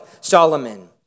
Solomon